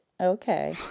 Okay